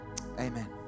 Amen